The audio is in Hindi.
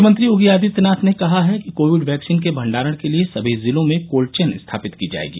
मुख्यमंत्री योगी आदित्यनाथ ने कहा है कि कोविड वैक्सीन के भण्डारण के लिये सभी जिलों में कोल्ड चेन स्थापित की जायेगी